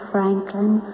Franklin